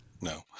No